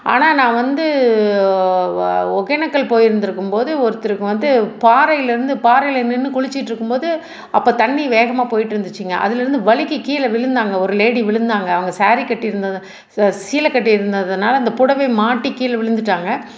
ஆனால் நான் வந்து வ ஒக்கேனக்கல் போயிருந்துருக்கும் போது ஒருத்தருக்கு வந்து பாறைலேருந்து பாறையில் நின்று குளிச்சிட்டிருக்கும் போது அப்போ தண்ணி வேகமாக போயிட்டிருந்துச்சிங்க அதுலேருந்து வழுக்கி கீழே விழுந்தாங்க ஒரு லேடி விழுந்தாங்க அவங்க ஸாரி கட்டியிருந்தது சீலை கட்டியிருந்ததுனால அந்த புடவை மாட்டி கீழே விழுந்துவிட்டாங்க